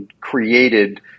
created